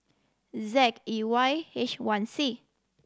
Z E Y H one C